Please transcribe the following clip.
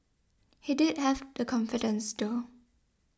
he did have the confidence though